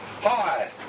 Hi